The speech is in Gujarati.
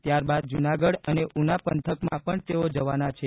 ત્યાર બાદ જૂનાગઢ અને ઊના પંથકમાં પગ્ન તેઓ જવાના છે